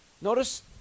Notice